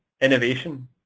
innovation